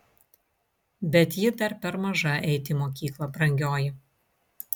bet ji dar per maža eiti į mokyklą brangioji